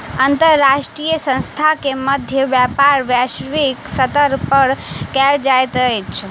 अंतर्राष्ट्रीय संस्थान के मध्य व्यापार वैश्विक स्तर पर कयल जाइत अछि